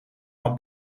van